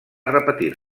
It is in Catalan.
repetir